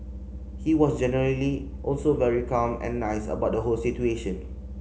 he was generally also very calm and nice about the whole situation